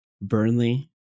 Burnley